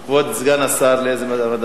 כספים.